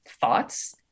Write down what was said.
thoughts